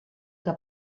que